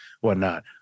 whatnot